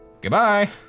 goodbye